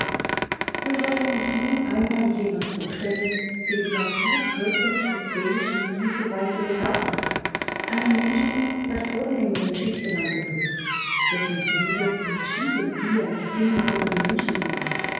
wir wollen uns nun einmal jemand vorstellen den die natur körperlich und seelisch in dieser weise begabt hat einen menschen der vornehmeren schichten angehört dessen triebe entschieden die eines sinnenfrohen menschen sind